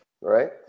right